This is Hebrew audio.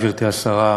גברתי השרה,